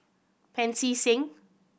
Pancy Seng